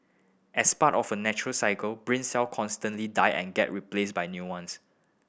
as part of a natural cycle brain cell constantly die and get replaced by new ones